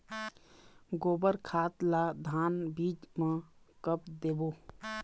गोबर खाद ला धान बीज म कब देबो?